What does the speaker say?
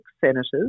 senators